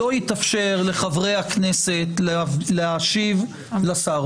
לא יתאפשר לחברי הכנסת להשיב לשר,